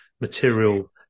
material